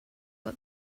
but